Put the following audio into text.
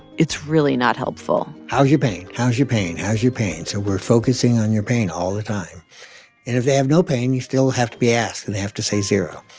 it's really not helpful how's your pain? how's your pain? how's your pain? so we're focusing on your pain all the time. and if they have no pain, you still have to be asked, and they have to say zero.